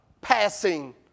passing